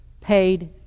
paid